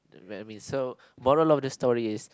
so moral of the story is